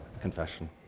confession